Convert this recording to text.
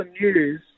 news